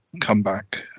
comeback